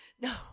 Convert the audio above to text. No